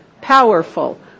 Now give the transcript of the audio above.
powerful